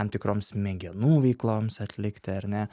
tam tikroms smegenų veikloms atlikti ar ne